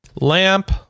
lamp